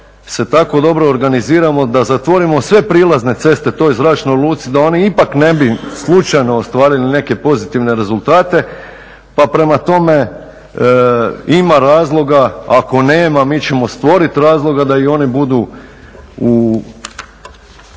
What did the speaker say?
se tako dobro organiziramo da zatvorimo sve prilazne ceste toj zračnoj luci da oni ipak ne bi slučajno ostvarili neke pozitivne rezultate. Pa prema tome, ima razloga ako nema mi ćemo stvoriti razloga da i oni budu u